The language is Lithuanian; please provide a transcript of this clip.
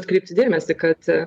atkreipti dėmesį kad